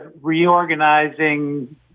reorganizing